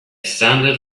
sounded